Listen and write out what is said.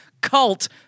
cult